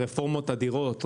רפורמת הדירות,